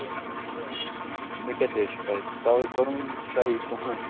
مےٚ کَتہِ حظ چھِ پاے تَوے کوٚرُم نہ حظ تۄہے فون